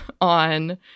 on